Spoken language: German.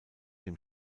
dem